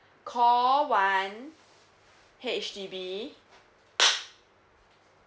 call one H_D_B